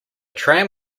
tram